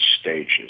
stages